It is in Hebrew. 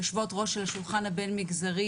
יושבות-ראש של השולחן הבין-מגזרי,